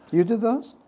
you did those?